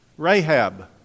Rahab